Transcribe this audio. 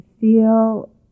feel